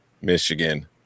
Michigan